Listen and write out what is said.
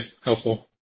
Helpful